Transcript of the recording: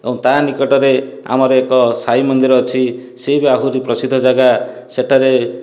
ଆଉ ତା ନିକଟରେ ଆମର ଏକ ସାଇ ମନ୍ଦିର ଅଛି ସିଏବି ଆହୁରି ପ୍ରସିଦ୍ଧ ଜାଗା ସେଠାରେ